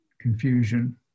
confusion